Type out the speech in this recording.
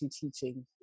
teaching